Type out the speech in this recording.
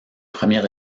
premier